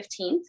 15th